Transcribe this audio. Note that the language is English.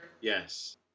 Yes